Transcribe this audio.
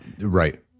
Right